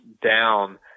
down